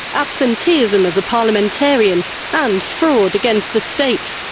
absenteeism as a parliamentarian and fraud against the state.